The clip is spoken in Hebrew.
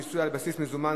מיסוי על בסיס מזומן),